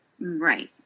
right